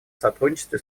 сотрудничестве